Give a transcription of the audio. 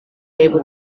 able